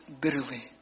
bitterly